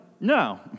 No